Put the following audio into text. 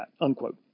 unquote